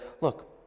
look